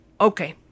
Okay